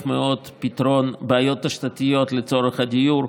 מאוד פתרון בעיות תשתיתיות לצורך הדיור,